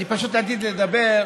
אני פשוט רציתי לדבר,